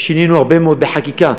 שינינו הרבה מאוד בחקיקה.